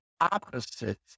opposite